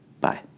Bye